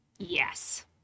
Yes